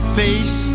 face